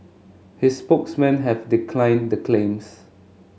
his spokesmen have declaim the claims